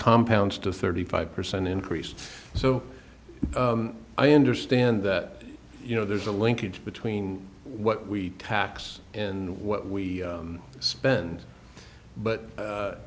compounds to thirty five percent increase so i understand that you know there's a linkage between what we tax and what we spend but